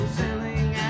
sailing